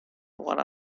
one